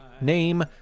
name